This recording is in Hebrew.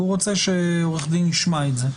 והוא רוצה שעורך דין י שמע את זה.